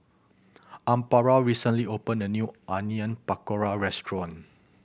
Amparo recently opened a new Onion Pakora Restaurant